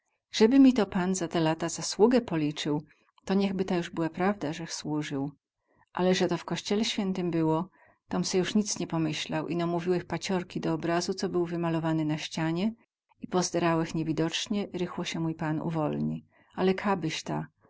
zeby mi to pan za te lata zasługę policył to niechby ta juz była prawda zech słuzył ale ze to w kościele świętym było tom se juz nic nie pomyślał ino mówiłech paciorki do obrazu co był wymalowany na ścianie i pozderałech niewidocnie rychło sie mój pan uwolni ale kabyś ta